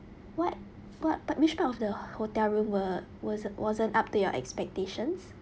what what which part of the hotel room were wasn't wasn't up to your expectations